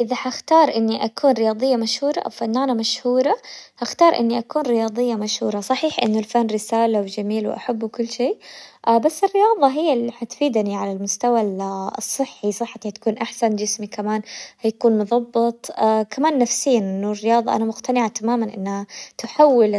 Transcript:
اذا حختار اني اكون رياضية مشهورة او فنانة مشهورة، حختار اني اكون رياضية مشهورة، صحيح انه الفن رسالة وجميل واحب وكل شي، بس الرياضة هي اللي حتفيدني على المستوى الصحي، صحتي تكون احسن جسمي كمان حيكون مظبط، كمان نفسيا الرياضة انا مقتنعة تماما انها تحول